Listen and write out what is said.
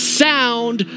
sound